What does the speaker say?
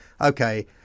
Okay